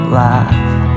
laugh